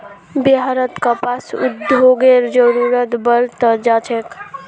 बिहारत कपास उद्योगेर जरूरत बढ़ त जा छेक